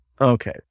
Okay